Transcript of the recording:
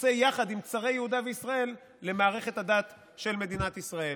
עושה עם צרי יהודה וישראל למערכת הדת של מדינת ישראל.